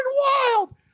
wild